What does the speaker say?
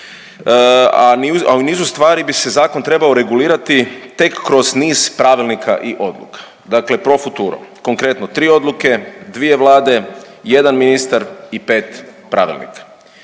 a u nizu stvari bi se zakon trebao regulirati tek kroz niz Pravilnika i Odluka. Dakle, pro futuro, konkretno 3 odluke, 2 Vlade, 1 ministar i 5 pravilnika.